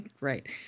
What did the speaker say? Right